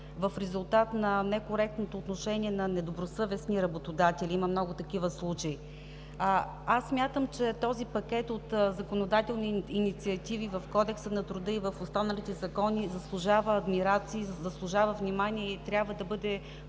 в резултат на некоректното отношение на недобросъвестни работодатели – има много такива случаи. Смятам, че този пакет от законодателни инициативи в Кодекса на труда и в останалите закони заслужава внимание и трябва да бъде